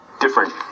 different